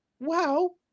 wow